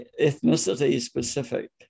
ethnicity-specific